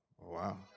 Wow